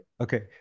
Okay